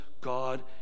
God